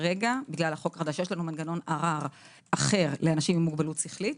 יש לנו מנגנון ערר אחד לאנשים עם מוגבלות שכלית.